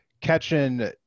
catching